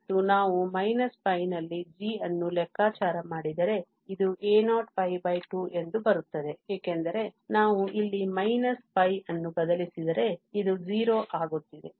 ಮತ್ತು ನಾವು π ನಲ್ಲಿ g ಅನ್ನು ಲೆಕ್ಕಾಚಾರ ಮಾಡಿದರೆ ಇದು a02 ಎಂದು ಬರುತ್ತದೆ ಏಕೆಂದರೆ ನಾವು ಇಲ್ಲಿ π ಅನ್ನು ಬದಲಿಸಿದರೆ ಇದು 0 ಆಗುತ್ತಿದೆ